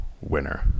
winner